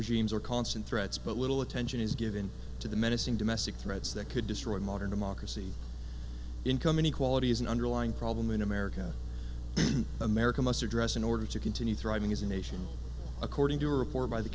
regimes are constant threats but little attention is given to the menacing domestic threats that could destroy modern democracy income inequality is an underlying problem in america and america must address in order to continue thriving as a nation according to a report by the